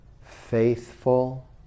faithful